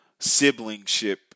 siblingship